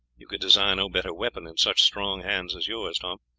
you could desire no better weapon, in such strong hands as yours, tom.